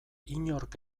inork